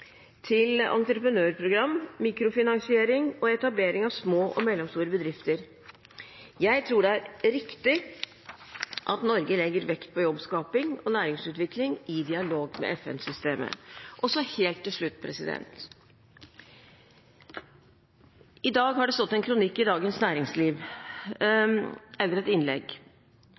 til entreprenørprogram, mikrofinansiering og etablering av små og mellomstore bedrifter. Jeg tror det er riktig at Norge legger vekt på jobbskaping og næringsutvikling, i dialog med FN-systemet. Og så helt til slutt: I dag har det stått et innlegg om Cuba i Dagens Næringsliv,